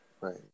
Right